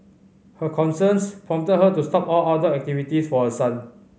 her concerns prompted her to stop all outdoor activities for her son